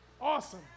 Awesome